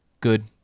Good